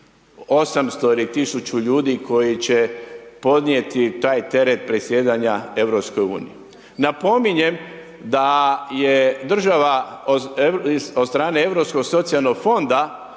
tih 800 ili 1000 ljudi koji će podnijeti taj teret predsjedanja EU. Napominjem da je država od strane